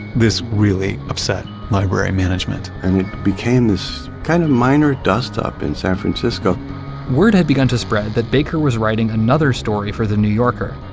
this really upset library management and it became this kind of minor dust-up in san francisco word had begun to spread that baker was writing another story for the new yorker,